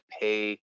pay